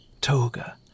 toga